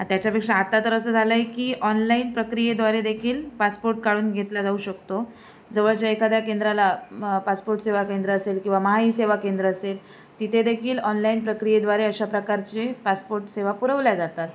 त्याच्यापेक्षा आता तर असं झालं आहे की ऑनलाईन प्रक्रियेद्वारे देखील पासपोर्ट काढून घेतला जाऊ शकतो जवळच्या एखाद्या केंद्राला पासपोर्ट सेवा केंद्र असेल किंवा महा ई सेवा केंद्र असेल तिथेदेखील ऑनलाईन प्रक्रियेद्वारे अशा प्रकारचे पासपोर्ट सेवा पुरवल्या जातात